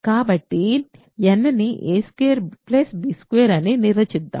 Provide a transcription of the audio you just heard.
కాబట్టి n ని a2b2 అని నిర్వచిద్దాం